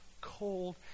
cold